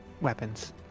weapons